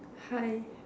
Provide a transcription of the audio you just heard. hi